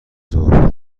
ظهر